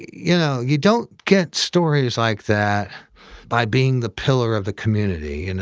you know, you don't get stories like that by being the pillar of the community. you know